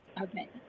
okay